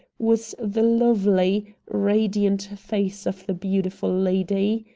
was the lovely, radiant face of the beautiful lady.